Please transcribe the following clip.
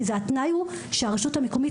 התנאי הוא שהרשות המקומית,